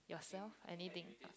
yourself anything